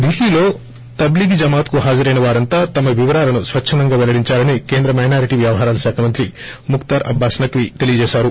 డిల్లీలో తల్లీగీ జమాత్ కు హాజరైన వారంతా తమ వివరాలను స్వచ్చందంగా పెల్లడిందాలని కేంద్ర మైనారిటీ వ్యవహారాల శాఖ మంత్రి ముక్తార్ అబ్బాస్ నక్షీ తెలియజేశారు